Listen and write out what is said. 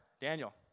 Daniel